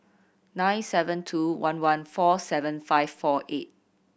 nine seven two one one four seven five four eight